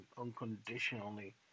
unconditionally